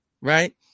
right